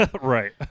Right